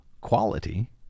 quality